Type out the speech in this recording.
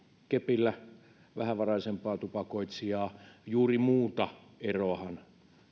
kepillä vähävaraisempaa tupakoitsijaa juuri muuta eroahan